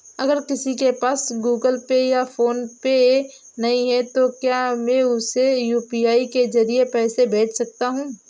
अगर किसी के पास गूगल पे या फोनपे नहीं है तो क्या मैं उसे यू.पी.आई के ज़रिए पैसे भेज सकता हूं?